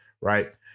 right